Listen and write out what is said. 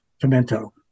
Pimento